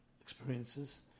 experiences